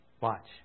watch